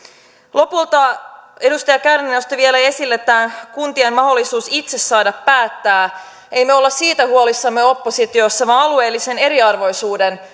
lopulta edustaja kärnä nosti vielä esille tämän kuntien mahdollisuuden itse saada päättää emme me ole siitä huolissamme oppositiossa vaan alueellisen eriarvoisuuden